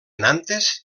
nantes